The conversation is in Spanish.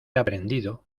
aprendido